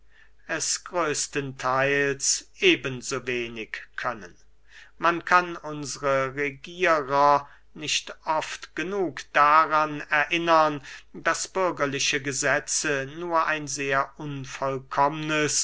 es größtentheils eben so wenig können man kann unsre regierer nicht oft genug daran erinnern daß bürgerliche gesetze nur ein sehr unvollkommnes